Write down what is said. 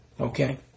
Okay